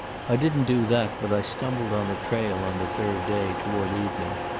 i didn't do that, but i stumbled on a trail on the third day, toward evening.